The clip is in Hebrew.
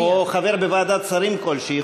או חבר בוועדת שרים כלשהי,